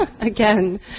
Again